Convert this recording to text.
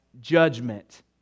judgment